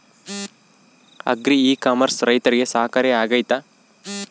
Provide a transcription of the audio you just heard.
Agri e commerce ರೈತರಿಗೆ ಸಹಕಾರಿ ಆಗ್ತೈತಾ?